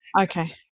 Okay